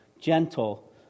gentle